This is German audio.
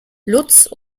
lutz